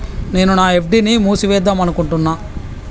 నేను నా ఎఫ్.డి ని మూసివేద్దాంనుకుంటున్న